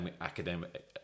academic